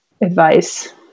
advice